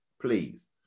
please